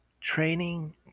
training